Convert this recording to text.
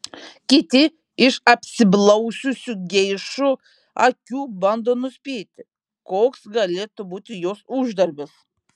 kiti iš apsiblaususių geišų akių bando nuspėti koks galėtų būti jos uždarbis